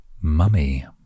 mummy